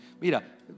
mira